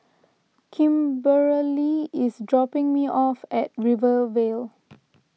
Kimberely is dropping me off at Rivervale